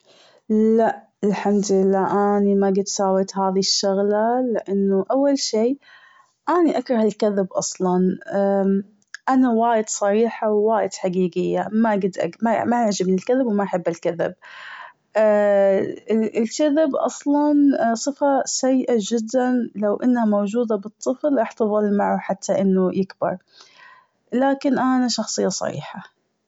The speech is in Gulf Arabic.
لا، الحمد لله أني ما قد ساويت هذي الشغلة لإنه أول شي أني اكره الكذب أصلاً أنا وايد صريحة و وايد حقيقية، ما قد اكذ ما- ما يعجبني الكذب و ما أحب الكذب. الكذب أصلا ً صفة سيئة جدا لو إنها موجودة بالطفل رح تظل معه حتى يكبر، لكن انا شخصية صريحة.